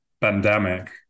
pandemic